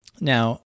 Now